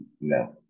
no